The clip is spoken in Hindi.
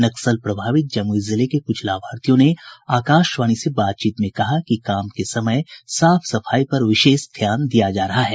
नक्सल प्रभावित जमुई जिले के कुछ लाभार्थियों ने आकाशवाणी से बातचीत में कहा कि काम के समय साफ सफाई पर विशेष ध्यान दिया जा रहा है